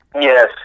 Yes